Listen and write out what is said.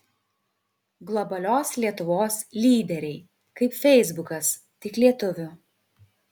globalios lietuvos lyderiai kaip feisbukas tik lietuvių